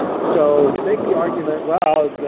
so to make the argument, wow,